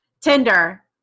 Tinder